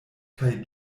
kaj